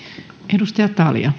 arvoisa